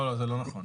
לא, זה לא נכון.